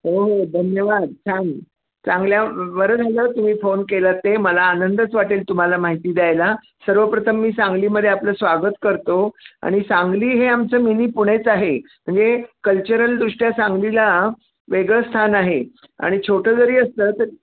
हो हो धन्यवाद छान चांगल्या बरं झालं तुम्ही फोन केला ते मला आनंदच वाटेल तुम्हाला माहिती द्यायला सर्वप्रथम मी सांगलीमध्ये आपलं स्वागत करतो आणि सांगली हे आमचं मिनी पुणेच आहे म्हणजे कल्चरलदृष्ट्या सांगलीला वेगळं स्थान आहे आणि छोटं जरी असलं तर